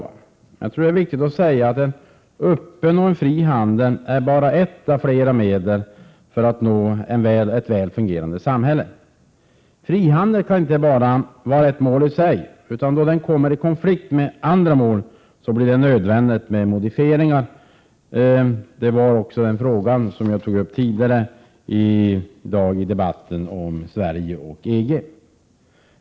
Jag tror att det är riktigt att säga att en öppen och fri handel bara är ett av flera medel att uppnå ett väl fungerande samhälle. Frihandel kan inte vara ett mål i sig. Då den kommer i konflikt med andra mål blir det nödvändigt med modifieringar. Den frågan tog jag upp i den tidigare debatten i dag om Sverige och EG.